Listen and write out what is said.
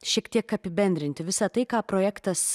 šiek tiek apibendrinti visa tai ką projektas